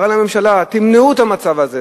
קרא לממשלה: תמנעו את המצב הזה,